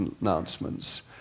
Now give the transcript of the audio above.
announcements